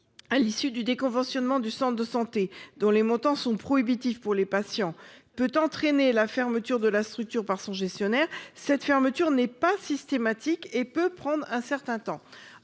à l’issue du déconventionnement du centre de santé dont les montants sont prohibitifs pour les patients peut entraîner la fermeture de la structure par son gestionnaire, cette fermeture n’est pas systématique et peut prendre un certain temps.